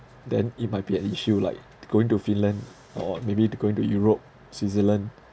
then it might be an issue like going to finland or maybe to going to europe switzerland